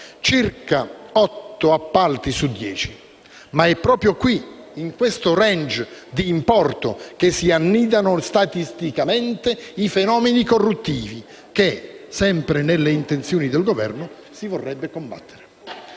circa otto appalti su dieci. Ma è proprio qui, in questo *range* di importo, che si annidano statisticamente i fenomeni corruttivi che, sempre nelle intenzioni del Governo, si vorrebbero combattere.